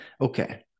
Okay